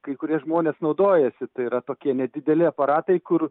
kai kurie žmonės naudojasi tai yra tokie nedideli aparatai kur